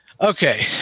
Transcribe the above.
Okay